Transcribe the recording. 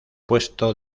puesto